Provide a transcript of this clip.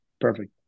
Perfect